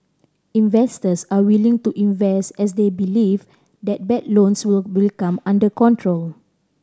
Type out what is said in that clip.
investors are willing to invest as they believe that bad loans will come under control